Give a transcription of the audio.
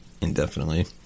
indefinitely